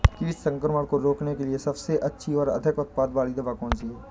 कीट संक्रमण को रोकने के लिए सबसे अच्छी और अधिक उत्पाद वाली दवा कौन सी है?